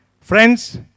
friends